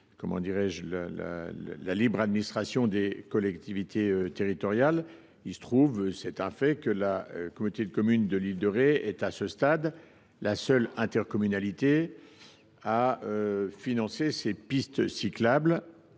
la libre administration des collectivités territoriales. Il se trouve – c’est un fait – que la communauté de communes de l’île de Ré est, à ce stade, la seule intercommunalité à financer ses pistes cyclables.